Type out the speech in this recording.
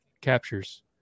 captures